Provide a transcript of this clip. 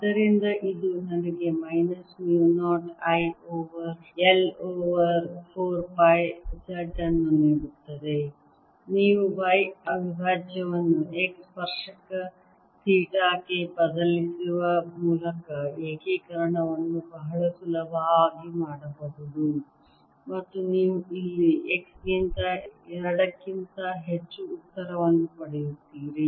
ಆದ್ದರಿಂದ ಇದು ನನಗೆ minus mu 0 I over 4 pi z ಅನ್ನು ನೀಡುತ್ತದೆ ನೀವು y ಅವಿಭಾಜ್ಯವನ್ನು x ರ್ಸ್ಪರ್ಶಕ ಥೀಟಾ ಗೆ ಬದಲಿಸುವ ಮೂಲಕ ಏಕೀಕರಣವನ್ನು ಬಹಳ ಸುಲಭವಾಗಿ ಮಾಡಬಹುದು ಮತ್ತು ನೀವು ಇಲ್ಲಿ x ಗಿಂತ 2 ಕ್ಕಿಂತ ಹೆಚ್ಚು ಉತ್ತರವನ್ನು ಪಡೆಯುತ್ತೀರಿ